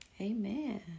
Amen